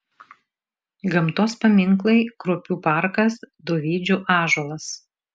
gamtos paminklai kruopių parkas dovydžių ąžuolas